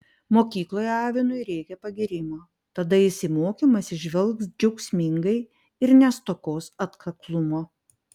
mokykloje avinui reikia pagyrimo tada jis į mokymąsi žvelgs džiaugsmingai ir nestokos atkaklumo